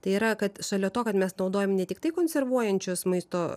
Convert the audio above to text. tai yra kad šalia to kad mes naudojam ne tiktai konservuojančius maisto